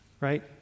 right